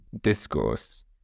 discourse